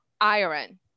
iron